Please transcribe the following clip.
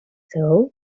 تروت